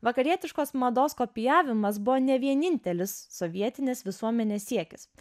vakarietiškos mados kopijavimas buvo ne vienintelis sovietinės visuomenės siekis